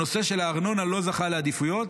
הנושא של הארנונה לא זכה לעדיפויות,